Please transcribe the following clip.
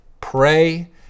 pray